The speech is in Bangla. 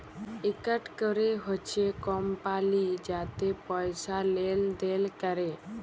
ইকট ক্যরে হছে কমপালি যাতে পয়সা লেলদেল ক্যরে